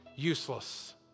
useless